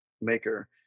maker